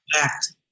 act